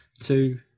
two